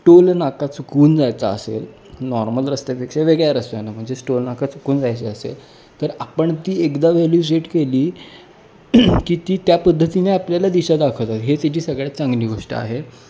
toll नाका चुकवून जायचा असेल नॉर्मल रस्त्यापेक्षा वेगळ्या रस्त्यान म्हणजेच टोल नाका चुकवून जायचे असेल तर आपण ती एकदा व्हॅल्यू सेट केली की ती त्या पद्धतीने आपल्याला दिशा दाखवतात हे त्याची सगळ्यात चांगली गोष्ट आहे